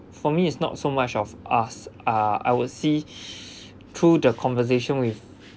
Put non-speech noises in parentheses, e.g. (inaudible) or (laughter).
for me it's not so much of ask ah I would see (breath) through the conversation with